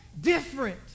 Different